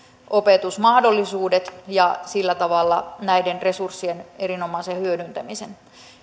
opetusmahdollisuudet ja sillä tavalla näiden resurssien erinomaisen hyödyntämisen